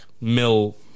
Mill